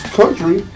country